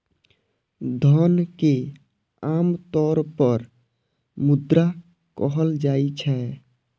धन कें आम तौर पर मुद्रा कहल जाइ छै